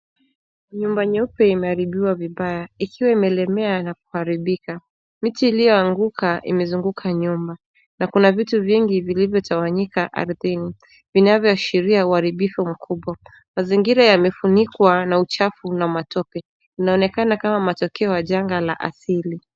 Nyumba nyeupe imeharibiwa vibaya ikiwa imelemea na kuharibika. Miti iliyoanguka imezunguka nyumba na kuna vitu vingi vilivyotawanyika ardhini vinavyoashiria uharibifu mkubwa. Mazingira yamefunikwa na uchafu na matope. Inaonekana kama matokeo ya janga la asili.